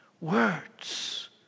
Words